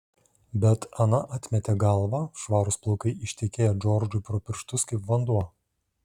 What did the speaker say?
bet ana atmetė galvą švarūs plaukai ištekėjo džordžui pro pirštus kaip vanduo